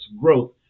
growth